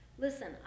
Listen